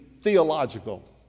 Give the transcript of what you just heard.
theological